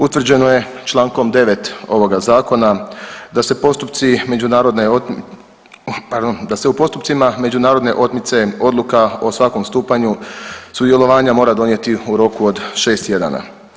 Utvrđeno je čl. 9. ovoga zakona da se postupci međunarodne, pardon, da se u postupcima međunarodne otmice odluka o svakom stupanju sudjelovanja mora donijeti u roku od 6 tjedana.